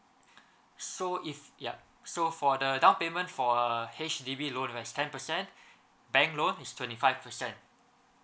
so if yup so for the down payment for a H_D_B loan right is ten percent bank loan is twenty five percent